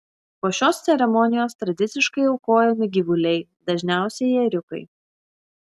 po šios ceremonijos tradiciškai aukojami gyvuliai dažniausiai ėriukai